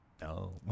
no